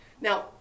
Now